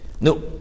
no